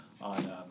on